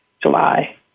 July